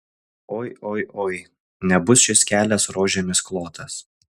oi oi oi nebus šis kelias rožėmis klotas